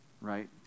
Right